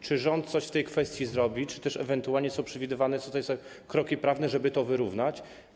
Czy rząd coś w tej kwestii zrobi, czy ewentualnie są przewidywane kroki prawne, żeby to wyrównać?